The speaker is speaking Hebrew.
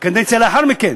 בקדנציה לאחר מכן,